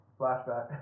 Flashback